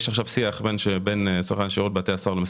יש לי תשובה לשאלה שנשאלתי.